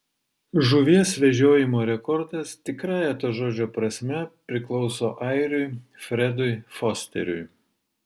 žuvies vežiojimo rekordas tikrąja to žodžio prasme priklauso airiui fredui fosteriui